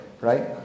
Right